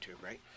right